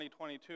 2022